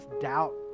doubt